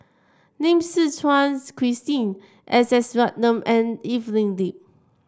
Lim Suchen Christine S S Ratnam and Evelyn Lip